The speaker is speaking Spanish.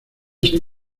ser